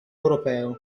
europeo